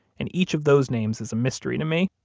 and each of those names is a mystery to me